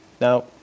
Now